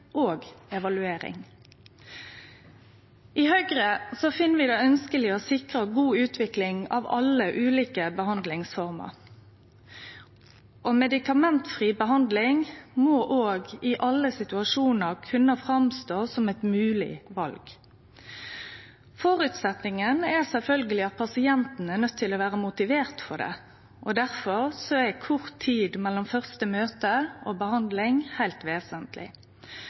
og evaluering. I Høgre finn vi det ønskjeleg å sikre ei god utvikling av alle ulike behandlingsformer. Medikamentfri behandling må òg i alle situasjonar kunne vere eit mogleg val. Føresetnaden er sjølvsagt at pasienten er motivert for det, difor er kort tid mellom første møte og behandling heilt vesentleg.